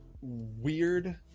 weird